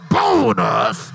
bonus